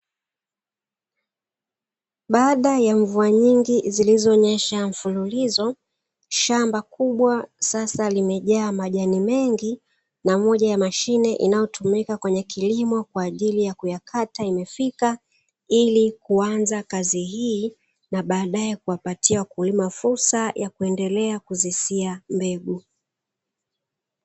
Madhara ya mvua nyingi zilizonyesha mfululizo shamba kubwa sasa limejaa majani mengi na moja ya mashine inayotumika kwenye kilimo kwa ajili ya kuyakata, imefika ili kuanza kazi hii na baadaye kuwapatia kulima fursa ya kuendelea kuzisia mbegu.